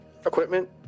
equipment